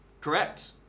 Correct